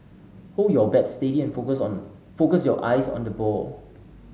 hold your bat steady and focus on focus your eyes on the ball